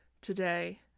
today